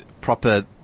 proper